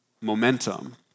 momentum